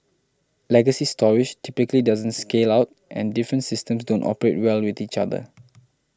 legacy storage typically doesn't scale out and different systems don't operate well with each other